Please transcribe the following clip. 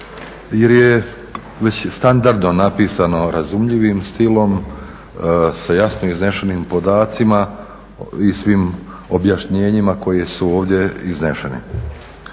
jer je već standardno napisano razumljivim stilom, sa jasno iznesenim podacima i svim objašnjenjima koji su ovdje izneseni